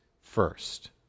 first